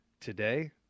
Today